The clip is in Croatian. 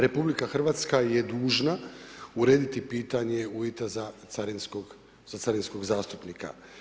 RH je dužna urediti pitanje uvjeta za carinskog zastupnika.